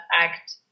act